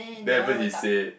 then at first he say